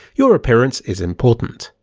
your appearance is important.